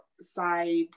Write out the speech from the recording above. side